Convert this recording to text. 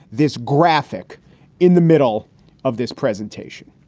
this graphic in the middle of this presentation.